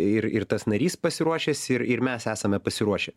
ir ir tas narys pasiruošęs ir ir mes esame pasiruošę